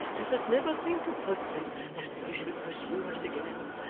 let us never think about them, lest they should pursue us again.